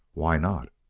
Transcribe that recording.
why not?